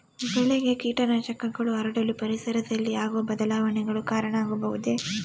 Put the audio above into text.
ಬೆಳೆಗೆ ಕೇಟನಾಶಕಗಳು ಹರಡಲು ಪರಿಸರದಲ್ಲಿ ಆಗುವ ಬದಲಾವಣೆಗಳು ಕಾರಣ ಆಗಬಹುದೇ?